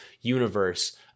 universe